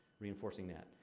reinforcing that.